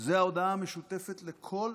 זאת ההודעה המשותפת לכל